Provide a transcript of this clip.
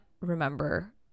remember